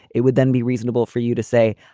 it would then be reasonable for you to say,